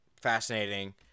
fascinating